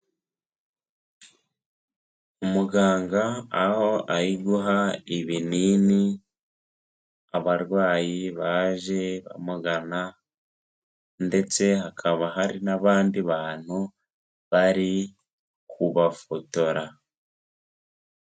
Umuganga aho ariguha ibinini abarwayi baje bamugana, ndetse hakaba hari n'abandi bantu bari kubafotora.